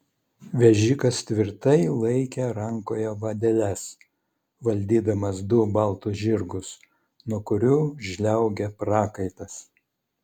vežikas tvirtai laikė rankoje vadeles valdydamas du baltus žirgus nuo kurių žliaugė prakaitas